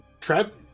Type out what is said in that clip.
Trev